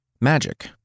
Magic